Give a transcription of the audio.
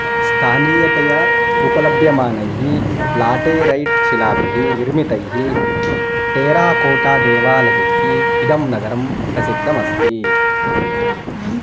स्थानीयतया उपलभ्यमानैः लाटेरैट् शिलाभिः निर्मितैः टेराकोटा देवालयैः इदं नगरं प्रसिद्धम् अस्ति